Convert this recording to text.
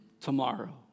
tomorrow